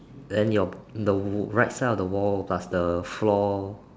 then your the right side of the wall plus the floor